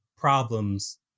problems